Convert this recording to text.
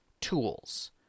tools